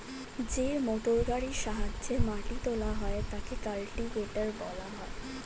যে মোটরগাড়ির সাহায্যে মাটি তোলা হয় তাকে কাল্টিভেটর বলা হয়